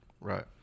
Right